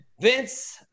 Vince